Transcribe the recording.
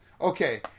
okay